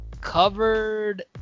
Covered